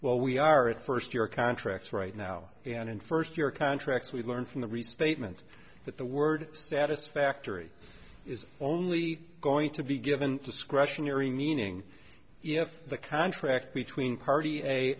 well we are at first year contracts right now and in first year contracts we learn from the restatement that the word satisfactory is only going to be given discretionary meaning if the contract between party a